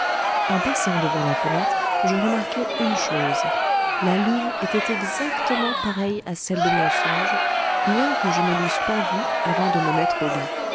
en passant devant la fenêtre je remarquai une chose la lune était exactement pareille à celle de mon songe bien que je ne l'eusse pas vue avant de me mettre au lit